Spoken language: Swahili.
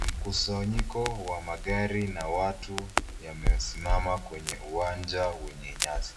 Mkusanyiko wa magari na watu yamesimama kwenye uwanja wenye nyasi.